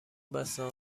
بستم